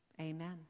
Amen